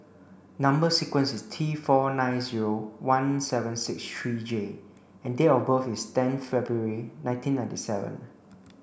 number sequence is T four nine zero one seven six three J and date of birth is ten February nineteen ninety seven